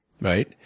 right